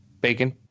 bacon